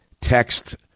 Text